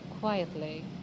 quietly